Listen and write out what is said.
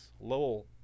Lowell